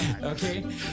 okay